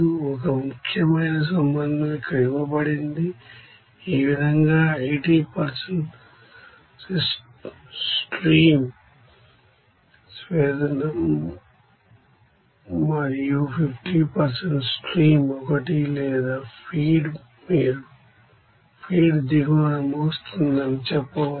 ఒక ముఖ్యమైన సంబంధం ఇక్కడ ఇవ్వబడింది ఈ విధంగా 80 స్ట్రీమ్ 1 డిస్టిల్ల్య టు మరియు 50 స్ట్రీమ్ 1 లేదా ఫీడ్ మీరు ఫీడ్ దిగువన ముగుస్తుందని చెప్పవచ్చు